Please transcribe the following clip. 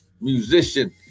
musician